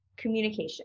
Communication